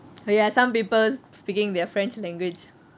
ya some people speaking their french language